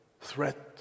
threat